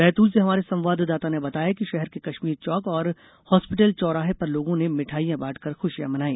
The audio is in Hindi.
बैतूल से हमारे संवाददाता ने बताया है कि शहर के कश्मीर चौक और हास्पिटल चौराहे पर लोगों ने मिठाइयां बांटकर खुशियां मनाई